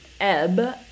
ebb